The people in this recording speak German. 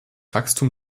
wachstum